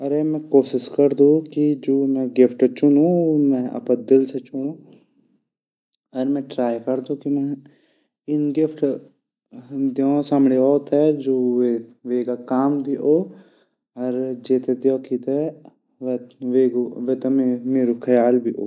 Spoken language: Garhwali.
अरे मैं कोशिश करदु कि जु मैं गिफ्ट चुनु उ अपरा दिल से चुनु अर मैं टरइ करदु की इन गिफ्ट दयोंड सामंडी वावा ते जु वेगा काम भी ओ अर जेते दयोखी ते वेते मेरु ख्याल भी ओ।